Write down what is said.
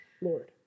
Lord